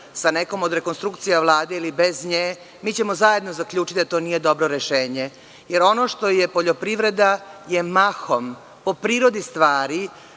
sa nekom od rekonstrukcija Vlade ili bez nje, mi ćemo zajedno zaključiti da to nije dobro rešenje, jer ono što je poljoprivreda je mahom po prirodi stvari